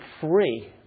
free